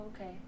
okay